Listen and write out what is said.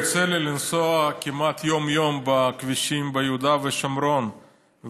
יוצא לי לנסוע כמעט יום-יום בכבישים ביהודה ושומרון,